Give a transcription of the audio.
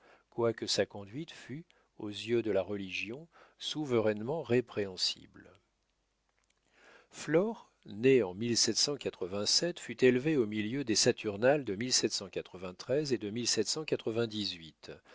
quoique sa conduite fût aux yeux de la religion souverainement répréhensible flore née en fut élevée au milieu des saturnales de et de